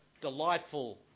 delightful